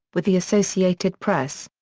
with the associated press.